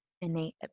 innate